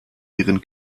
ihren